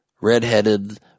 redheaded